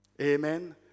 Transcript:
Amen